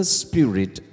spirit